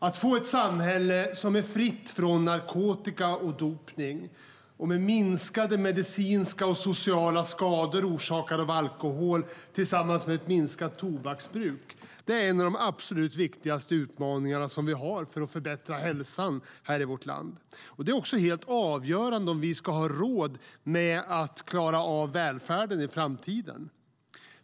Att få ett samhälle som är fritt från narkotika och dopning och med minskade medicinska och sociala skador orsakade av alkohol tillsammans med ett minskat tobaksbruk är en av de absolut viktigaste utmaningarna vi har för att förbättra hälsan i vårt land. Det är också helt avgörande om vi ska ha råd att klara av välfärden i framtiden.